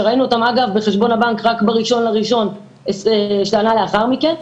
שראינו אותם אגב בחשבון הבנק רק בראשון לראשון שנה לאחר מכן.